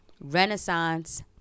Renaissance